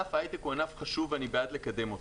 ענף ההייטק הוא ענף חשוב ואני בעד לקדם אותו.